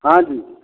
हाँ जी